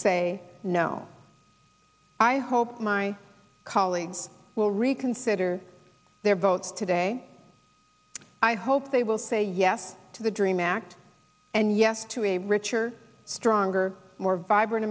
say no i hope my colleagues will reconsider their votes today i hope they will say yes to the dream act and yes to a richer stronger more vibrant